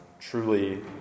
truly